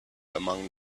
among